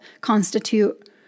constitute